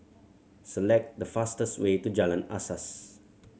select the fastest way to Jalan Asas